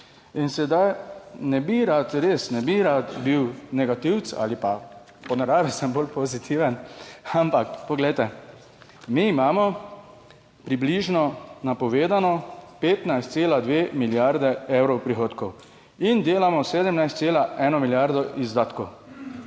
In sedaj ne bi rad, res ne bi rad bil negativec ali pa, po naravi sem bolj pozitiven, ampak poglejte, mi imamo približno napovedano 15,2 milijardi evrov prihodkov in delamo 17,1 milijardo izdatkov.